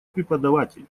преподаватель